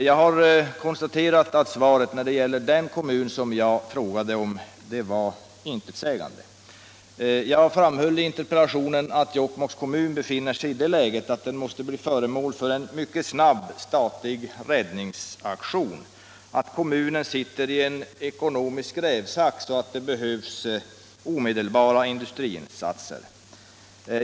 Jag har konstaterat att svaret när det gäller den kommun som jag frågade om var intetsägande. Jag framhöll i interpellationen att Jokkmokks kommun befinner sig i det läge att den måste bli föremål för en mycket snabb statlig räddningsaktion, att kommunen sitter i en ekonomisk rävsax och att det behövs omedelbara industriinsatser.